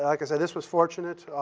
like so this was fortunate.